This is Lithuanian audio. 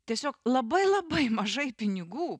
tiesiog labai labai mažai pinigų